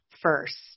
first